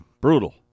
brutal